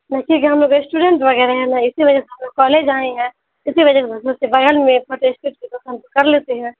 کیوںکہ جو ہم لوگ اسٹوڈنٹ وغیرہ ہے نا اسی وجہ ہم لوگ کالج آئے ہیں اسی وجہ سے اس کے بغل میں فوٹو اسٹیٹ کی دکان تو کر لیتے ہیں